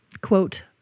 quote